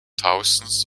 thousands